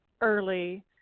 early